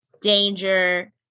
danger